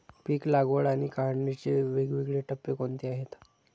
पीक लागवड आणि काढणीचे वेगवेगळे टप्पे कोणते आहेत?